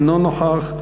אינו נוכח.